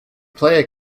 player